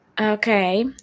Okay